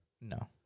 No